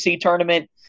tournament